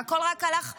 והכול רק הלך אחורה.